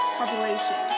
population